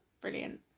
brilliant